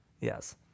Yes